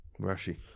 Rashi